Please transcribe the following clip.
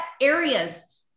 areas